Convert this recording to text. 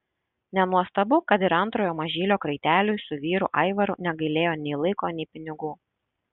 nenuostabu kad ir antrojo mažylio kraiteliui su vyru aivaru negailėjo nei laiko nei pinigų